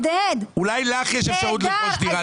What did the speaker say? אולי לך יש אפשרות לרכוש לדירה.